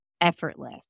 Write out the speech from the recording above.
effortless